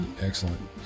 Excellent